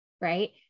right